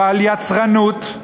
ועל יצרנות,